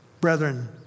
Brethren